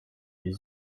les